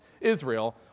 Israel